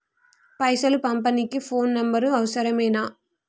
పైసలు పంపనీకి phone number అవసరమేనా?